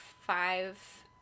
five